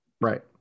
right